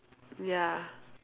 ya